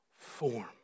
form